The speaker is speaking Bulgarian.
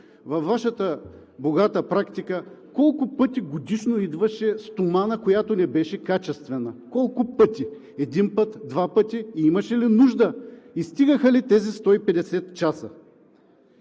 във Вашата богата практика колко пъти годишно идваше стомана, която не беше качествена? Колко пъти – един път, два пъти, имаше ли нужда и стигаха ли тези 150 часа?!